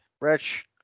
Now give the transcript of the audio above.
rich